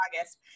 August